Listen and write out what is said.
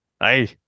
hey